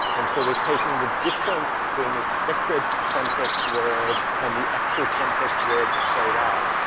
and so we're taking the difference between the expected context word and the actual context word that showed up,